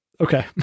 Okay